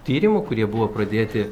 tyrimų kurie buvo pradėti